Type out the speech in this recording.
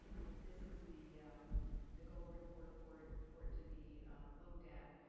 if this is the the gold report for it for it to be looked at.